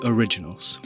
Originals